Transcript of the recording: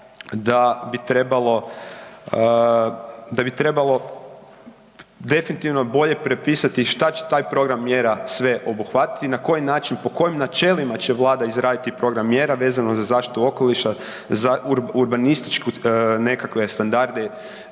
da bi trebalo definitivno bolje propisati šta će taj program mjera sve obuhvatiti i na koji način i po kojim načelima će Vlada izraditi program mjera vezano za zaštitu okoliša za urbanističke nekakve standarde